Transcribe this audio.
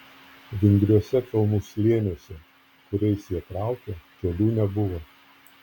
vingriuose kalnų slėniuose kuriais jie traukė kelių nebuvo